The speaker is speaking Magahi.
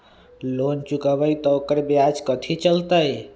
लोन चुकबई त ओकर ब्याज कथि चलतई?